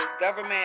government